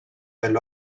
del